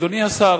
אדוני השר,